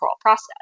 process